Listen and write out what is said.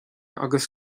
agus